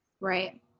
Right